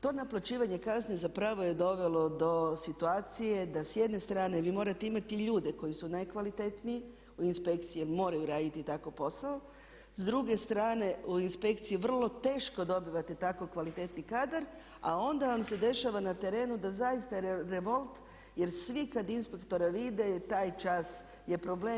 To naplaćivanje kazni zapravo je dovelo do situacije da s jedne strane vi morate imati ljude koji su najkvalitetniji u inspekciji jer moraju raditi tako posao, s druge strane o inspekciji vrlo teško dobivate tako kvalitetni kadar a onda vam se dešava na terenu da zaista revolt jer svi kad inspektora vide taj čas je problem.